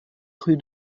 rue